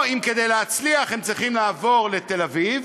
או אם כדי להצליח הם צריכים לעבור לתל-אביב